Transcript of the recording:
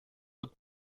looked